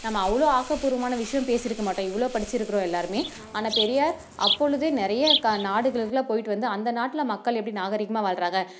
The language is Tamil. நம்ம அவ்வளோ ஆக்கப் பூர்வமான விஷயம் பேசியிருக்க மாட்டோம் இவ்வளோ படிச்சுருக்குறோம் எல்லோருமே ஆனால் பெரியார் அப்பொழுதே நிறைய கா நாடுகளுக்கெலாம் போயிட்டு வந்து அந்த நாட்டில் மக்கள் வந்து எப்படி நாகரீகமாக வாழ்றாங்க